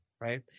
right